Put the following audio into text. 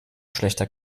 schlechter